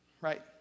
right